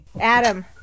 Adam